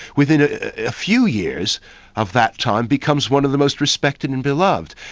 within a few years of that time, becomes one of the most respected and beloved.